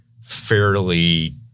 fairly